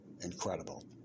incredible